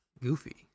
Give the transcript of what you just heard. goofy